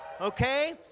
okay